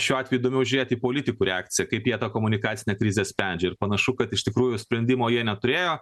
šiuo atveju įdomiau žiūrėti į politikų reakciją kaip jie tą komunikacinę krizę spendžia ir panašu kad iš tikrųjų sprendimo jie neturėjo